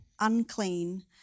unclean